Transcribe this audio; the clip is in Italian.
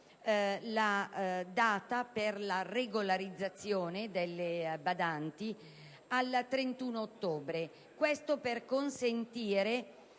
la data per la regolarizzazione delle badanti al 31 ottobre. Ciò consentirebbe